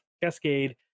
Cascade